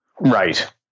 Right